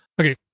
Okay